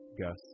Gus